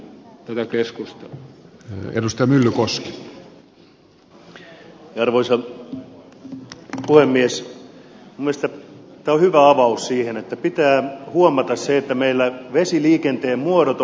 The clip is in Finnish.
minun mielestäni tämä on hyvä avaus siihen että pitää huomata se että meillä vesiliikenteen muodot ovat monipuolistuneet